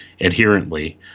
adherently